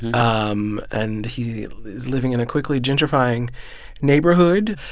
um and he is living in a quickly gentrifying neighborhood.